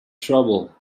trouble